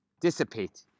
dissipate